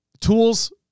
Tools